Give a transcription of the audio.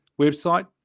Website